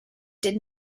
did